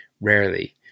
rarely